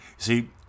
See